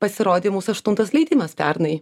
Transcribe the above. pasirodė mūsų aštuntas leidimas pernai